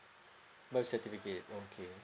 birth certificate okay